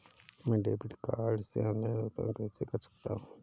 मैं debit card से online भुगतान कैसे कर सकता हूँ?